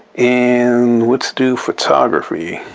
and let's do photography.